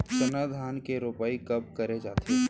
सरना धान के रोपाई कब करे जाथे?